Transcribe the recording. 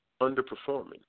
underperforming